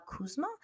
Kuzma